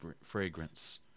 fragrance